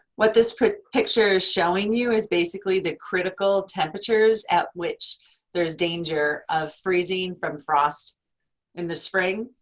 what this picture is showing you is basically the critical temperatures at which there's danger of freezing from frost in the spring.